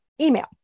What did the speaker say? email